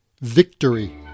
Victory